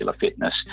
Fitness